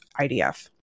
IDF